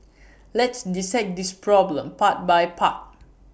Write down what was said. let's dissect this problem part by part